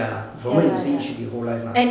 ya from what you using should be whole life lah